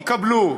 יקבלו.